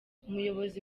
umuyobozi